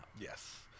Yes